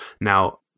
now